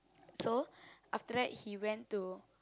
so after that he went to